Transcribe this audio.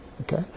Okay